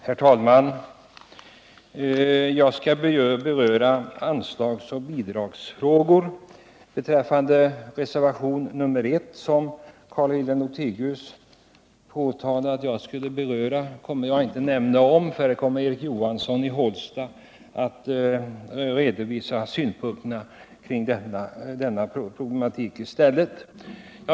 Herr talman! Jag skall i mitt anförande beröra anslagsoch bidragsfrågor. Jag kommer däremot inte att behandla reservationen 1, såsom Carl-Wilhelm Lothigius sade, men Erik Johansson i Hållsta kommer att redovisa synpunkterna på den problematiken.